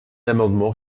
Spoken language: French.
amendement